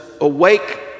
awake